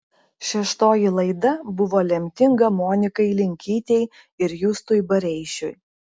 šeštoji laida buvo lemtinga monikai linkytei ir justui bareišiui